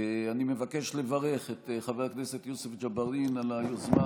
אני מבקש לברך את חבר הכנסת יוסף ג'בארין על היוזמה